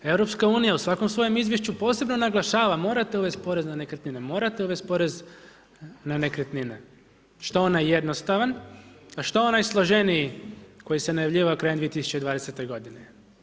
EU u svakom svojem izvješću posebno naglašava morate uvesti porez na nekretnine, morate uvesti porez na nekretnine što onaj jednostavan, a što onaj složeniji koji se najavljivao krajem 2020. godine.